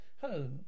Hello